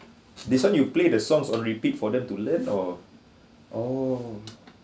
this one you play the songs or repeat for them to learn or orh